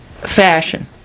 fashion